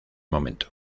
momento